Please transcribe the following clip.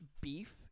beef